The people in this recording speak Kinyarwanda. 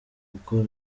kuko